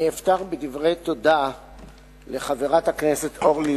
אני אפתח בדברי תודה לחברת הכנסת אורלי